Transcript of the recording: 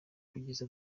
kugeza